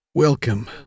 Welcome